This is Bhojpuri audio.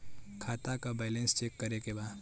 खाता का बैलेंस चेक करे के बा?